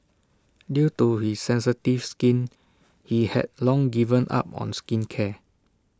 due to his sensitive skin he had long given up on skincare